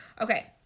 Okay